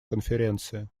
конференции